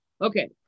okay